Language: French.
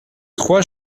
trois